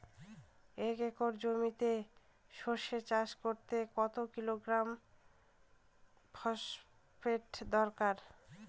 এক একর জমিতে সরষে চাষ করতে কত কিলোগ্রাম ফসফেট দরকার?